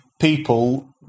people